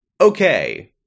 Okay